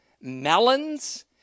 melons